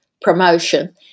promotion